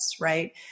right